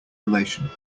relation